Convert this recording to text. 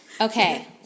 Okay